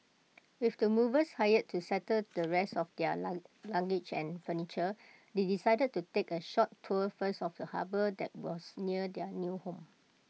with the movers hired to settle the rest of their luggage and furniture they decided to take A short tour first of the harbour that was near their new home